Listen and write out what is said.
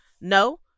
no